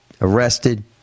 arrested